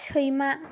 सैमा